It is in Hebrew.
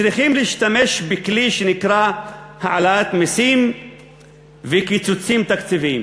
צריכים להשתמש בכלי שנקרא העלאת מסים וקיצוצים תקציביים,